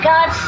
God